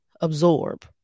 absorb